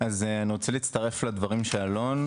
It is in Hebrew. אז אני רוצה להצטרף לדברים של אלון,